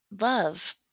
love